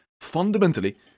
Fundamentally